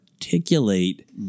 Articulate